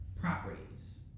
properties